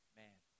man